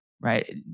Right